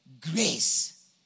grace